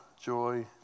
joy